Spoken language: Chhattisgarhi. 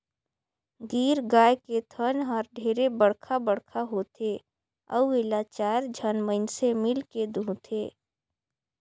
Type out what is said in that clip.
गीर गाय के थन हर ढेरे बड़खा बड़खा होथे अउ एला चायर झन मइनसे मिलके दुहथे